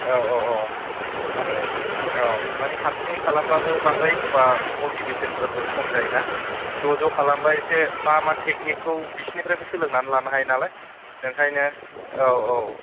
औ औ औ मानि औ माने हारसिङै खालामबाबो बांद्राय एखम्बा मटिबेशोनफोरबो खम जायोना ज' ज' खालामबा एसे मा मा टेकनिकखौ बिसिनाफ्रायबो सोलोंनानै लानो हायो नालाय ओंखायनो औ औ